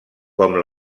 com